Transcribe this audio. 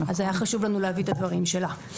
היה חשוב לנו להביא את הדברים שלה.